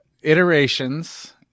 iterations